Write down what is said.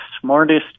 smartest